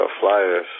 flyers